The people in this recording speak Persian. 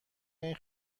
این